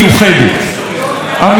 עמיתיי חברי הכנסת,